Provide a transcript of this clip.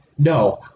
no